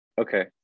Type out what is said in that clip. Okay